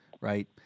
right